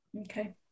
Okay